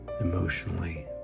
emotionally